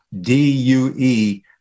D-U-E